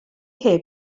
heb